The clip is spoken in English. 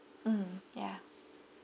mm ya